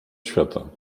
świata